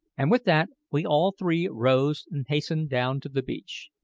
and with that we all three rose and hastened down to the beach.